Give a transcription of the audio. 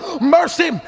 mercy